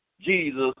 Jesus